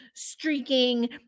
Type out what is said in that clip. streaking